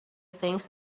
things